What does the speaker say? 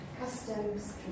Customs